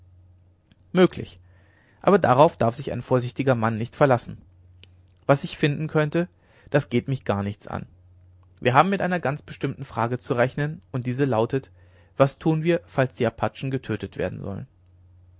möglich aber darauf darf sich ein vorsichtiger mann nicht verlassen was sich finden könnte das geht mich gar nichts an wir haben mit einer ganz bestimmten frage zu rechnen und diese lautet was tun wir falls die apachen getötet werden sollen